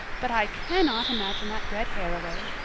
but i cannot imagine that red hair away.